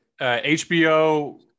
HBO